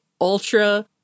ultra